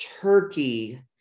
turkey